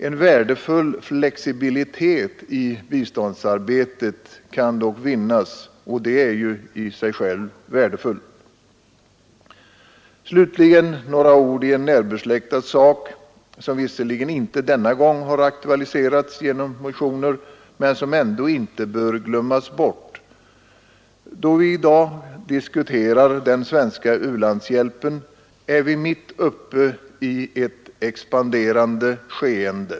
En värdefull flexibilitet i biståndsarbetet kan vinnas, och den är i sig själv värdefull. Slutligen några ord om en närbesläktad sak, som visserligen inte denna gång har aktualiserats genom motioner, men som ändå inte bör glömmas bort. Då vi i dag diskuterar den svenska u-landshjälpen, är vi mitt uppe i ett expanderande skeende.